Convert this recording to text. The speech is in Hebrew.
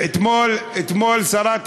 רק אני מציין: